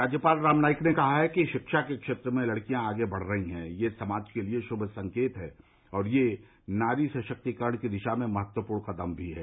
राज्यपाल राम नाईक ने कहा है कि शिक्षा के क्षेत्र में लड़कियां आगे बढ़ रही है यह समाज के लिये श्म संकेत है और यह नारी सशक्तिकरण की दिशा में महत्वपूर्ण कदम भी है